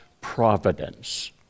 providence